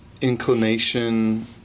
inclination